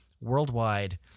worldwide